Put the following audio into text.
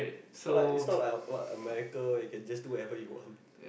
it's not like it's not like what America you can just do whatever you want